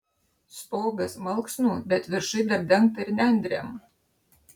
stogas malksnų bet viršuj dar dengta ir nendrėm